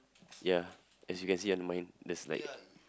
ya as you can see on mine there's like